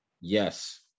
Yes